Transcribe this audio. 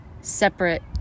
separate